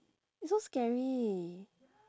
it's so scary